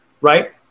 right